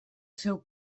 seu